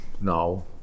now